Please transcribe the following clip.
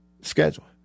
schedule